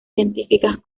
científicas